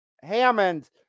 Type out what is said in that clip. Hammond